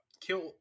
kill